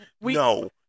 No